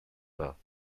pas